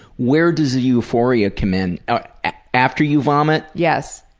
where does the euphoria come in? after you vomit? yes.